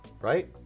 Right